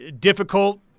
difficult –